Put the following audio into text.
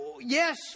yes